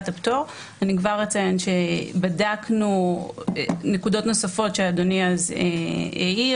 הפטור בדקנו נקודות נוספות שאדוני העיר,